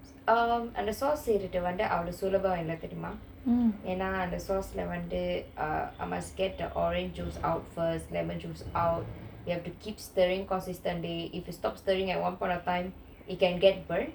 um and the sauce செய்றது வந்து அவ்வளவு சுலபம் இல்ல தெரியுமா ஏன்னா அந்த:seyrathu vanthu avvalavu sulapam illa theriyuma eanna sauce lah வந்து:vanthu err I must get orange out first lemon juice out then we must keep stirring if we stop stirring at one point in time it can get burned